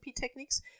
techniques